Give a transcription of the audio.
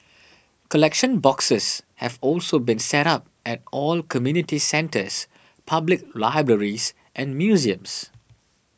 collection boxes have also been set up at all community centres public libraries and museums